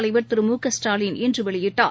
தலைவர் திரு மு க ஸ்டாலின் இன்று வெளியிட்டார்